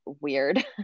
weird